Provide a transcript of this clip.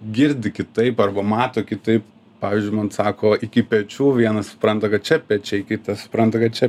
girdi kitaip arba mato kitaip pavyzdžiui man sako iki pečių vienas supranta kad čia pečiai kitas supranta kad čia